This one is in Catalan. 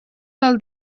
del